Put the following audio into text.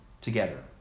together